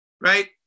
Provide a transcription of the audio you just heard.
right